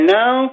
now